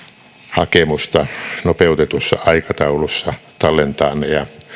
hakemusta nopeutetussa aikataulussa tallentaa ne ja